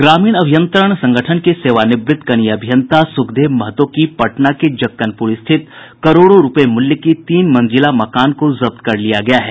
ग्रामीण अभियंत्रण संगठन के सेवानिवृत्त कनीय अभियंता सुखदेव महतो की पटना के जक्कनपूर स्थित करोड़ों रूपये मुल्य की तीन मंजिला मकान को जब्त कर लिया गया है